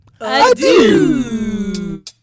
adieu